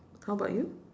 how about you